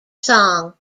song